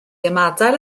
ymadael